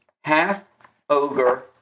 half-ogre